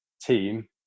team